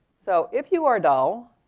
so if you are dull,